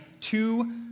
two